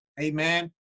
Amen